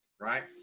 right